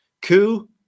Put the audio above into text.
Coup